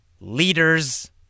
Leaders